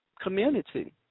community